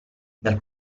dal